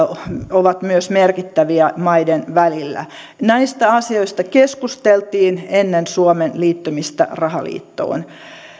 ovat merkittäviä maiden välillä näistä asioista keskusteltiin ennen suomen liittymistä rahaliittoon